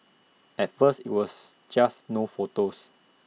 at first IT was just no photos